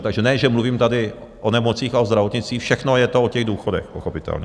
Takže ne že mluvím tady o nemocích a o zdravotnictví, všechno je to o těch důchodech pochopitelně.